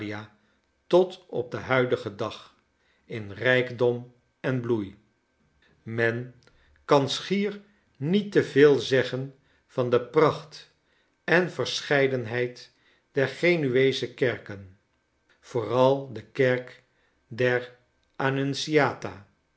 tot den huidigen dag in rijkdom en bloei men kan schier niet te veel zeggen van de pracht en verscheidenheid der genueesche kerken vooral de kerk der